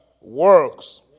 works